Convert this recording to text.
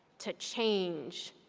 to change,